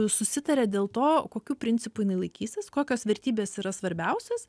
susitaria dėl to kokiu principu jinai laikysis kokios vertybės yra svarbiausios